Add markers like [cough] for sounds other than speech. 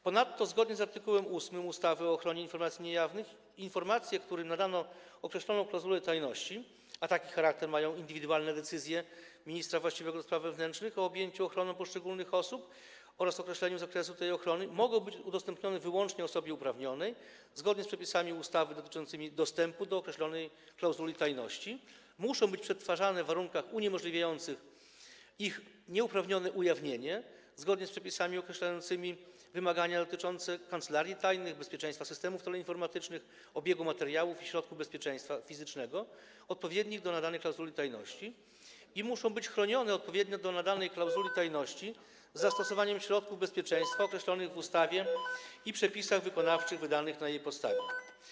Ponadto zgodnie z art. 8 ustawy o ochronie informacji niejawnych informacje, którym nadano określoną klauzulę tajności, a taki charakter mają indywidualne decyzje ministra właściwego do spraw wewnętrznych o objęciu ochroną poszczególnych osób oraz określeniu zakresu tej ochrony, mogą być udostępnione wyłącznie osobie uprawnionej, zgodnie z przepisami ustawy dotyczącymi dostępu do określonej klauzuli tajności, muszą być przetwarzane w warunkach uniemożliwiających ich nieuprawnione ujawnienie, zgodnie z przepisami określającymi wymagania dotyczące kancelarii tajnych, bezpieczeństwa systemów teleinformatycznych, obiegu materiałów i środków bezpieczeństwa fizycznego odpowiednich do nadanej klauzuli tajności, i muszą być chronione odpowiednio do nadanej klauzuli tajności, [noise] z zastosowaniem środków bezpieczeństwa określonych w ustawie i przepisach wykonawczych wydanych na jej podstawie.